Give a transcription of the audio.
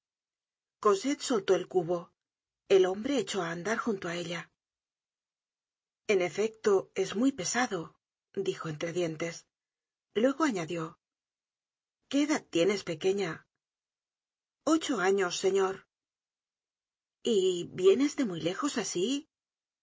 cosette soltó el cubo el hombre echó á andar junto á ella en efecto es muy pesado dijo entre dientes luego añadió qué edad tienes pequeña ocho años señor y vienes de muy lejos asi